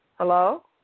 Hello